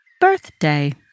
birthday